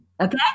okay